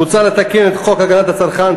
מוצע לתקן את חוק הגנת הצרכן,